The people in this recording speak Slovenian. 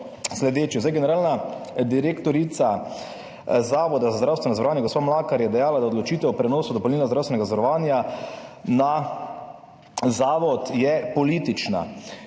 sledeči. Generalna direktorica Zavoda za zdravstveno zavarovanje gospa Mlakar je dejala, da je odločitev o prenosu dopolnilnega zdravstvenega zavarovanja na zavod politična.